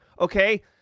okay